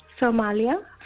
Somalia